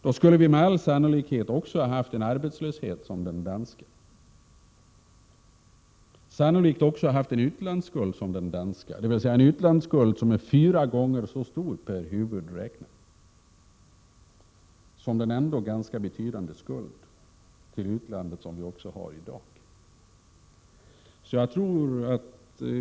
Då skulle vi med all sannolikhet också haft en arbetslöshet som den danska, sannolikt också ha haft en utlandsskuld som den danska, dvs. en utlandsskuld som skulle ha varit fyra gånger större per huvud räknat än den ändå ganska betydande skuld till utlandet som vi trots allt har i dag.